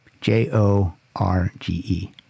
J-O-R-G-E